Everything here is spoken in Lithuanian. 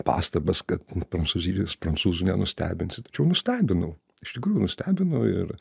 pastabas kad prancūzijos prancūzų nenustebinsi tačiau nustebinau iš tikrųjų nustebino ir